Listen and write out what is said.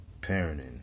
parenting